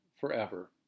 forever